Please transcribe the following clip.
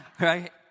Right